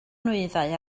nwyddau